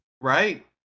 right